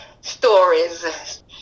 stories